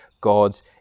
God's